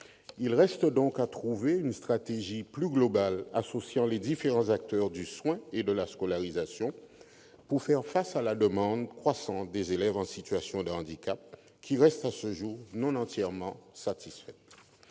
Il reste donc à trouver une stratégie plus globale associant les différents acteurs du soin et de la scolarisation pour faire face à la demande croissante des élèves en situation de handicap, qui reste, à ce jour, non entièrement satisfaite.